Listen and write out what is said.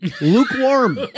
lukewarm